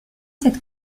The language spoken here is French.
cette